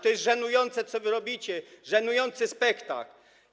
To jest żenujące, co wy robicie, żenujący spektakl.